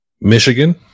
Michigan